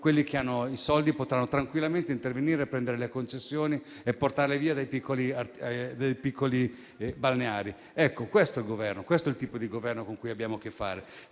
quelli che hanno i soldi, potranno tranquillamente intervenire, prendere le concessioni e portarle via dai piccoli balneari. Ecco, questo è il Governo. Questo è il tipo di Governo con cui abbiamo a che fare.